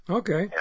okay